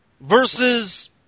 versus